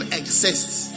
exists